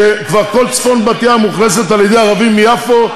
שכבר כל צפון בת-ים מאוכלסת על-ידי ערבים מיפו,